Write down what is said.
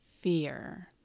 fear